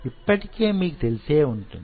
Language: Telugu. ఇప్పటికి మీకు తెలిసే వుంటుంది